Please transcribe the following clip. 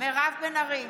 מירב בן ארי,